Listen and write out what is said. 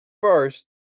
first